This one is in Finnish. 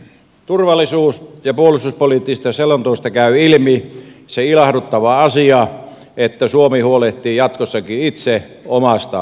turvallisuus ja puolustuspoliittisesta selonteosta käy ilmi se ilahduttava asia että suomi huolehtii jatkossakin itse omasta puolustuksestaan